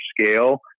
scale